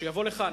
שיבוא לכאן,